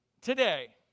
today